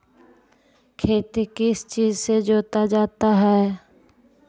खेती किस चीज से जोता जाता है?